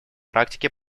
практике